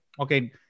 okay